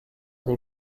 des